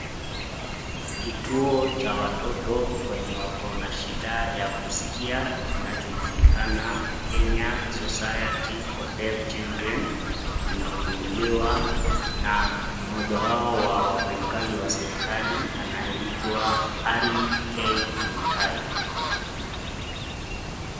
Kituo cha watoto wenye wako na shida ya kuskia kinacho julikana kama Kenya Society For Deaf Children, inafunguliwa na mmoja wao wa wafanyakazi wa serekali anayeitwa Harry K Kimtai.